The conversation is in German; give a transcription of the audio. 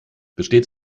besteht